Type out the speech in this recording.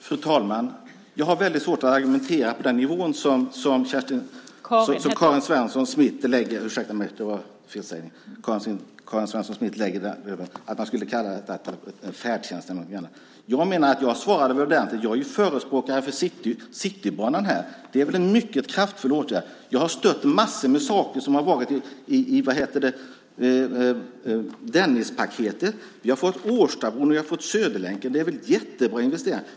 Fru talman! Jag har väldigt svårt att argumentera på den nivå som Karin Svensson Smith lägger det på, att man skulle kalla detta för färdtjänst eller någonting annat. Jag menar att jag svarade ordentligt. Jag är förespråkare för Citybanan här. Det är väl en mycket kraftfull åtgärd. Jag har stött massor med saker som har varit i Dennispaketet. Vi har fått Årstabron, vi har fått Söderlänken. Det är väl jättebra investeringar.